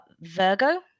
Virgo